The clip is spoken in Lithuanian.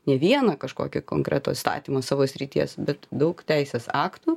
ne vieną kažkokį konkretų įstatymą savo srities bet daug teisės aktų